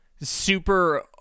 super